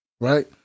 right